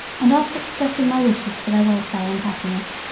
and after expressing my wishes for their welfare and happiness,